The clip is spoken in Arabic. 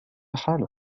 حالك